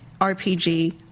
RPG